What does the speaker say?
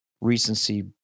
recency